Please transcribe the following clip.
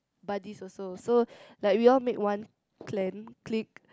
buddies also so like we all made one clan clique